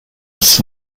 its